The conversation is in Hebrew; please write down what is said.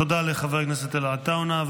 תודה לחבר הכנסת עטאונה.